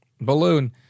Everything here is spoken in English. balloon